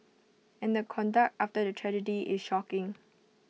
and the conduct after the tragedy is shocking